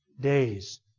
days